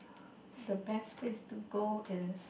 the best place to go is